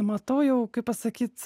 matau jau kaip pasakyt